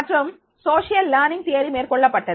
மற்றும் சமூக கற்றல் கோட்பாடு மேற்கொள்ளப்பட்டது